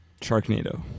Sharknado